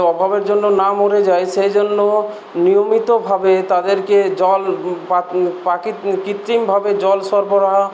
অভাবের জন্য না মরে যায় সেই জন্য নিয়মিতভাবে তাদেরকে জল বা কৃত্রিমভাবে জল সরবরাহ